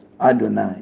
adonai